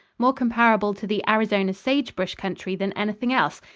more comparable to the arizona sagebrush country than anything else,